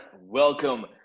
Welcome